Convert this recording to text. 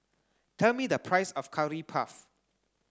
tell me the price of curry puff